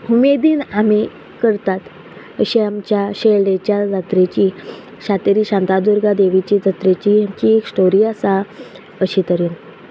उमेदीन आमी करतात अशे आमच्या शेळडेच्या जात्रेची सातेरी शांतादुर्गा देवीची जात्रेची एक स्टोरी आसा अशे तरेन